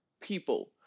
people